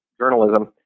journalism